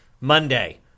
Monday